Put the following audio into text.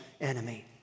enemy